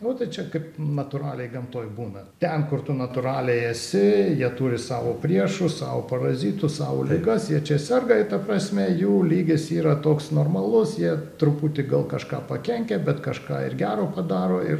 nu tai čia kaip natūraliai gamtoj būna ten kur tu natūraliai esi jie turi savo priešus savo parazitus savo ligas jie čia serga ir ta prasme jų lygis yra toks normalus jie truputį gal kažką pakenkia bet kažką ir gero padaro ir